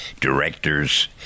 directors